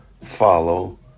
follow